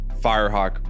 Firehawk